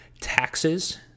taxes